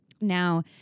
now